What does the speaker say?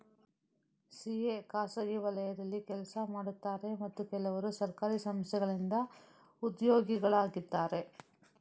CA ಖಾಸಗಿ ವಲಯದಲ್ಲಿ ಕೆಲಸ ಮಾಡುತ್ತಾರೆ ಮತ್ತು ಕೆಲವರು ಸರ್ಕಾರಿ ಸಂಸ್ಥೆಗಳಿಂದ ಉದ್ಯೋಗಿಗಳಾಗಿದ್ದಾರೆ